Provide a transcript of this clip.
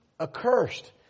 accursed